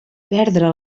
perdre